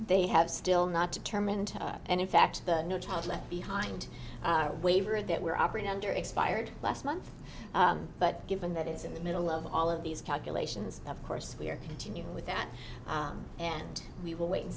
they have still not to terminate and in fact the no child left behind waiver that we're operating under expired last month but given that it is in the middle of all of these calculations of course we are continuing with that and we will wait and